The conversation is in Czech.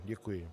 Děkuji.